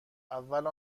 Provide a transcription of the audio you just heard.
اول